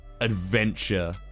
Adventure